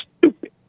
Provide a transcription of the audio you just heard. stupid